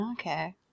Okay